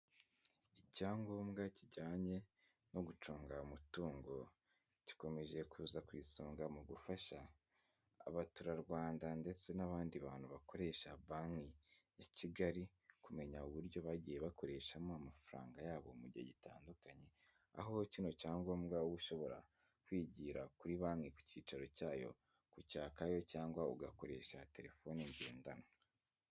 Icyangombwa kijyanye no gucunga umutungo, gikomeje kuza ku isonga mu gufasha abaturarwanda ndetse n'abandi bantu bakoresha banki ya Kigali, kumenya uburyo bagiye bakoreshamo amafaranga yabo mu gihe gitandukanye, aho kino cyangombwa ushobora kwigira kuri banki ku cyicaro cyayo ku cyakayo, cyangwa ugakoresha telefone ngendanwa.